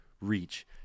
reach